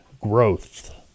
growth